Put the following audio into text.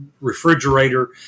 refrigerator